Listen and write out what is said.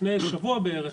לפני שבוע בערך,